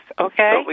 okay